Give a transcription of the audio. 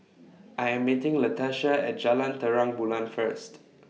I Am meeting Latasha At Jalan Terang Bulan First